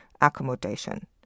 accommodation